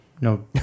No